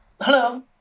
Hello